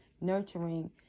nurturing